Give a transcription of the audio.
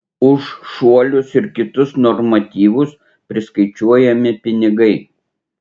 už šuolius ir kitus normatyvus priskaičiuojami pinigai